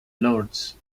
lords